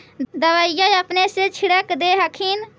दबइया अपने से छीरक दे हखिन?